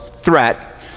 threat